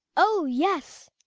oh, yes,